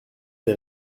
des